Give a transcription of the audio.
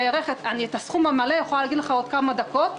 את הסכום המלא אוכל להגיד לך עוד כמה דקות.